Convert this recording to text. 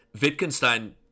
wittgenstein